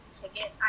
Ticket